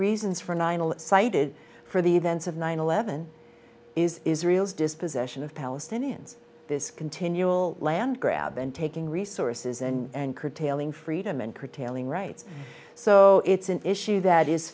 reasons for nine eleven cited for the events of nine eleven is israel's disposition of palestinians this continual land grab and taking resources and curtailing freedom and curtailing rights so it's an issue that is